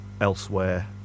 elsewhere